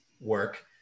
work